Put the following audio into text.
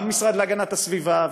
גם המשרד להגנת הסביבה,